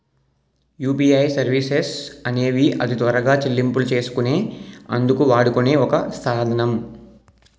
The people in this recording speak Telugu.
యూపీఐ సర్వీసెస్ అనేవి అతి త్వరగా చెల్లింపులు చేసుకునే అందుకు వాడుకునే ఒక సాధనం